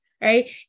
Right